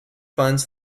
funds